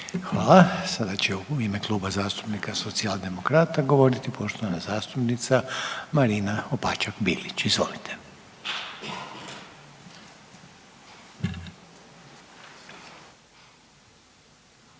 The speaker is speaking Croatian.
Hvala. Slijedeća će u ime Kluba zastupnika Socijaldemokrata govoriti poštovana zastupnica Marina Opačak Bilić. Izvolite. **Opačak